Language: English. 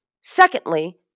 secondly